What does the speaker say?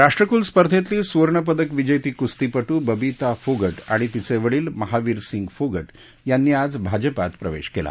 राष्ट्रकूल स्पर्धेतली सुवर्णपदक विजेती कुस्तीपटू बबीता फोगट आणि तिचे वडील महाविरसिंग फोगट यांनी आज भाजपात प्रवेश केला